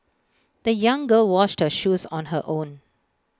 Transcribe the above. the young girl washed her shoes on her own